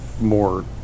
more